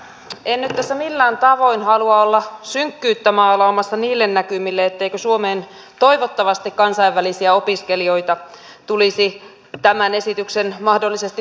en nyt tässä millään tavoin halua olla synkkyyttä maalaamassa niille näkymille etteikö suomeen toivottavasti kansainvälisiä opiskelijoita tulisi tämän esityksen mahdollisesti toteutuessakin